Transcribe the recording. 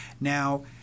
Now